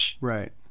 right